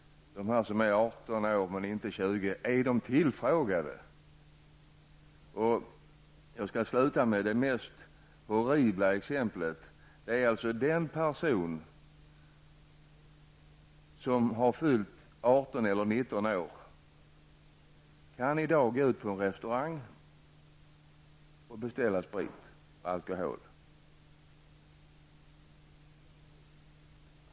Är de som är 18 men inte 20 år tillfrågade? Jag skall sluta med att ge det mest horribla exemplet. Den person som har fyllt 18 eller 19 år kan i dag gå in på en restaurang och beställa alkohol.